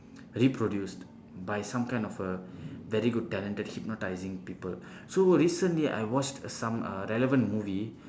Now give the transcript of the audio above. reproduced by some kind of a very good talented hypnotising people so recently I watch some uh relevant movie